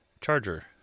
charger